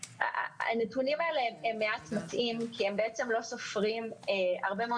הנתונים האלה מעט מטעים כי הם לא סופרים הרבה מאוד